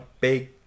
big